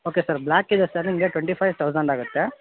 okay sir black ಇದೆ sir ನಿಮಗೆ twenty five thousand ಆಗುತ್ತೆ